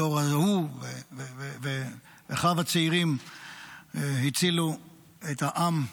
הדור ההוא ואחיו הצעירים הצילו את העם,